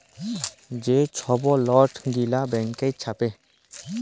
যে ছব লট গিলা ব্যাংক ছাপে